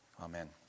Amen